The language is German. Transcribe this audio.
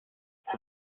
wer